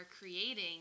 creating